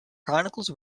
chronicles